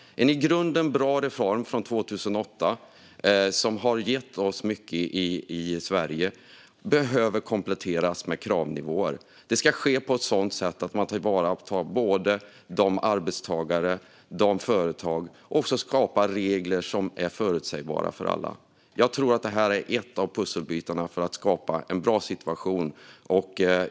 Det är en i grunden bra reform från 2008 som har gett oss mycket i Sverige, men den behöver kompletteras med kravnivåer. Det ska ske på ett sådant sätt att man tar vara på både arbetstagare och företag och skapar regler som är förutsägbara för alla. Jag tror att detta är en av pusselbitarna för att skapa en bra situation.